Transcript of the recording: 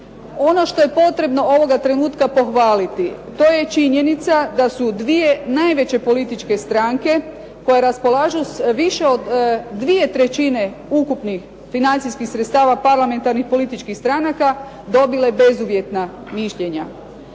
Ono što je potrebno ovoga trenutka pohvaliti, to je činjenica da su dvije najveće političke stranke koje raspolažu s više od dvije trećine ukupnih financijskih sredstava parlamentarnih političkih stranaka dobile bezuvjetna mišljenja.